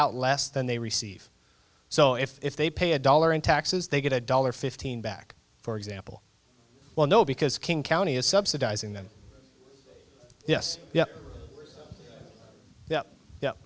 out less than they receive so if they pay a dollar in taxes they get a dollar fifteen back for example well no because king county is subsidizing them yes yeah ye